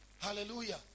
Hallelujah